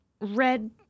red